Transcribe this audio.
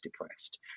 depressed